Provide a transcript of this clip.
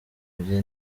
by’i